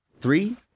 Three